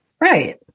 Right